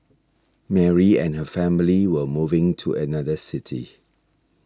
Mary and her family were moving to another city